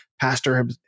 pastor